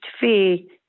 fee